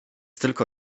tylko